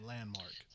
Landmark